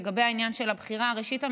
לגבי העניין של הבחירה: ראשית,